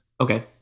Okay